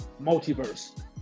multiverse